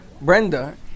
Brenda